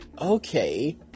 okay